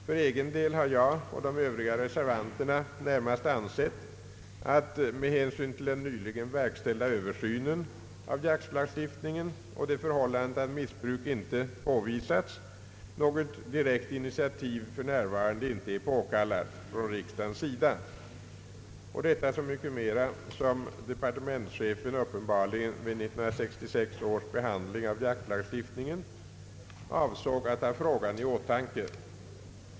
För egen del har jag och de övriga reservanterna närmast ansett att med hänsyn till den nyligen verkställda översynen av jaktlagstiftningen och det förhållandet att missbruk inte påvisats något direkt initiativ för närvarande inte är påkallat från riksdagens sida, och detta så mycket mera som departementschefen uppenbarligen vid 1966 års behandling av jaktlagstiftningen avsåg att ha frågan i åtanke.